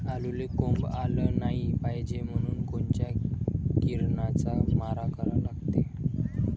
आलूले कोंब आलं नाई पायजे म्हनून कोनच्या किरनाचा मारा करा लागते?